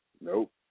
Nope